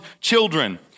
children